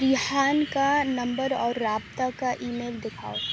ریحان کا نمبر اور رابطہ کا ای میل دکھاؤ